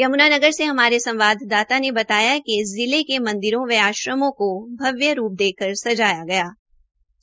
यम्नानगर से हमारे संवाददाता ने बताया है कि जिले में मंदिरों व आश्रिमों के भव्य रूप देकर सजाया गया है